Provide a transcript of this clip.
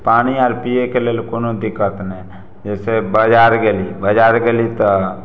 पानि आर पियैके लेल कोनो दिक्कत नहि है जैसे बाजार गेली बाजार गेली तऽ